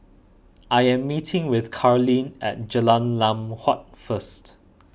I am meeting with Carleen at Jalan Lam Huat first